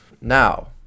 now